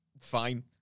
fine